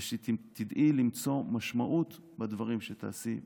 ושתדעי למצוא משמעות בדברים שתעשי בהמשך.